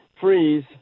freeze